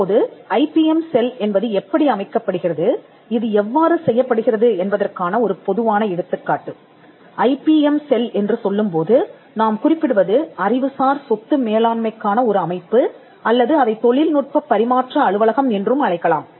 இப்போது IBM cell என்பது எப்படி அமைக்கப்படுகிறது இது எவ்வாறு செய்யப்படுகிறது என்பதற்கான ஒரு பொதுவான எடுத்துக்காட்டு ஐபிஎம் செல் என்று சொல்லும்போது நாம் குறிப்பிடுவது அறிவுசார் சொத்து மேலாண்மைக்கான ஒரு அமைப்பு அல்லது அதைத் தொழில்நுட்பப் பரிமாற்ற அலுவலகம் என்றும் அழைக்கலாம்